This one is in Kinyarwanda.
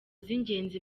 z’ingenzi